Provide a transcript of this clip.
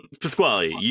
Pasquale